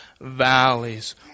valleys